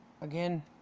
again